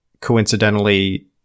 coincidentally